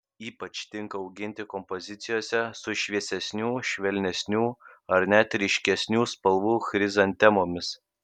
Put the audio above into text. ypač tinka auginti kompozicijose su šviesesnių švelnesnių ar net ryškesnių spalvų chrizantemomis